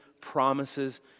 promises